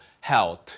health